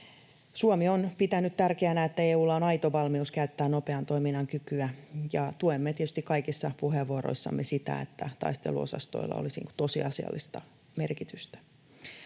Suomi on pitänyt tärkeänä, että EU:lla on aito valmius käyttää nopean toiminnan kykyä, ja tuemme tietysti kaikissa puheenvuoroissamme sitä, että taisteluosastoilla olisi tosiasiallista merkitystä.